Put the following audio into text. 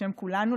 בשם כולנו,